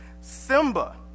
Simba